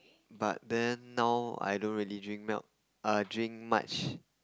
but then now I don't really drink milk err drink much